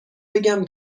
بگم